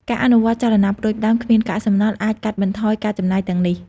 ការអនុវត្តចលនាផ្តួចផ្តើមគ្មានកាកសំណល់អាចកាត់បន្ថយការចំណាយទាំងនេះ។